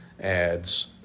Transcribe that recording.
ads